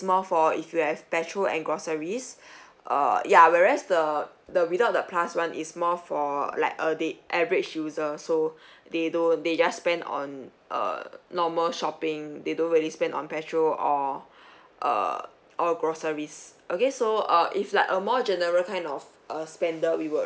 more for if you have petrol and groceries err ya whereas the the without the plus [one] is more for like a day average user so they don't they just spend on err normal shopping they don't really spend on petrol or err or groceries okay so uh is like a more general kind of uh spender we will